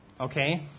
okay